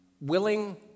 willing